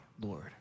Lord